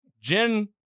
Jen